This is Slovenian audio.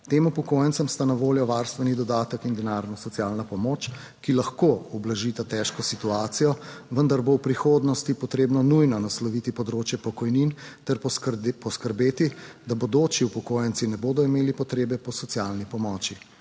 Tem upokojencem sta na voljo varstveni dodatek in denarna socialna pomoč, ki lahko ublažita težko situacijo, vendar bo v prihodnosti potrebno nujno nasloviti področje pokojnin ter poskrbeti, da bodoči upokojenci ne bodo imeli potrebe po socialni pomoči.